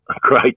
Great